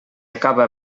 acaba